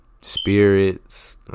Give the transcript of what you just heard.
spirits